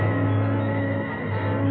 and